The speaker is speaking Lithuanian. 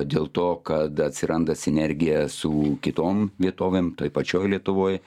dėl to kad atsiranda sinergija su kitom vietovėm toj pačioj lietuvoj